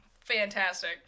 Fantastic